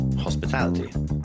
Hospitality